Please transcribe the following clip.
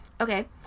Okay